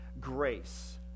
grace